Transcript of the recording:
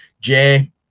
Jay